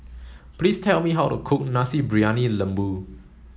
please tell me how to cook Nasi Briyani Lembu